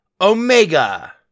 Omega